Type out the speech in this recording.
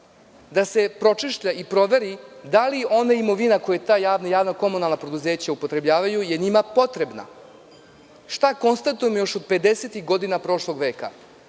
da se pročešlja i proveri da li ona imovina koju ta javna komunalna preduzeća upotrebljavaju je njima potrebna. Šta konstatujemo još od pedesetih godina prošlog veka?